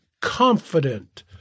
confident